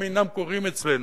אינם קורים אצלנו.